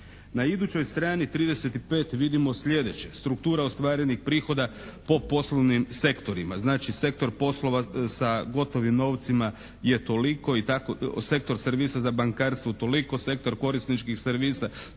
Na idućoj strani 35. vidimo sljedeće. Struktura ostvarenih prihoda po poslovnim sektorima. Znači sektor poslova sa gotovim novcima je toliko, sektor servisa za bankarstvo toliko, sektor korisničkih servisa toliko.